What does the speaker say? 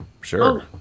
sure